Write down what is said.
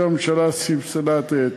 והממשלה סבסדה את היתר.